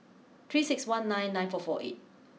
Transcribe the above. three six one nine nine four four eight